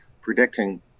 predicting